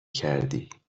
کردی